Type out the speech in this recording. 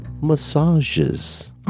massages